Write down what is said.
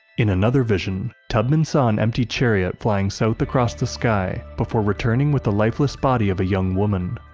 in another vision, tubman saw an empty chariot flying south across the sky before returning with the lifeless body of a young woman.